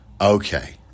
Okay